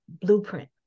blueprint